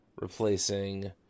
replacing